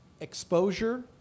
Exposure